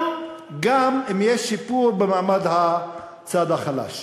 גם אם יש שיפור במעמד הצד החלש,